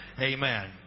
Amen